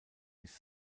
ist